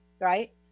right